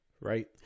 right